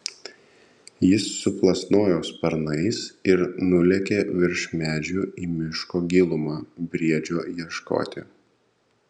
jis suplasnojo sparnais ir nulėkė virš medžių į miško gilumą briedžio ieškoti